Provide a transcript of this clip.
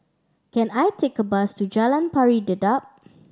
can I take a bus to Jalan Pari Dedap